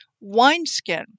wineskin